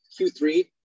Q3